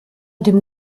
dem